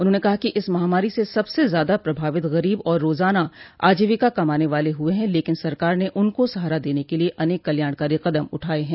उन्होंने कहा कि इस महामारी से सबसे ज्यादा प्रभावित गरीब और रोजाना आजीविका कमाने वाले हुए हैं लेकिन सरकार ने उनको सहारा देने के लिए अनेक कल्याणकारी कदम उठाये हैं